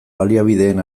baliabideen